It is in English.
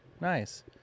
Nice